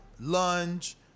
lunge